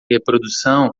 reprodução